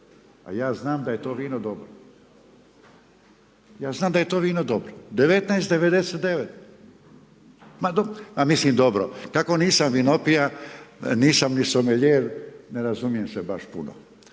a ja znam da je to vino dobro. Ja znam da je to vino dobro, 19,99. Ma mislim, dobro. Kako nisam vinopija, nisam ni sommelier, ne razumijem se baš puno.